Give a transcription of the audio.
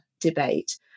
debate